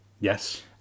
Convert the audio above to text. Yes